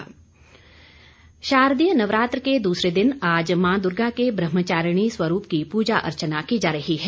नवरात्र शारदीय नवरात्र के दूसरे दिन आज मां दुर्गा के ब्रह्मचारिणी स्वरूप की पूजा अर्चना की जा रही है